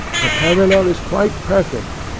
the parallel is quite perfect,